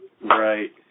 Right